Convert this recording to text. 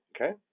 okay